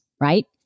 right